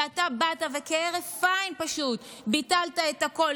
ואתה באת וכהרף עין פשוט ביטלת את הכול.